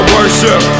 worship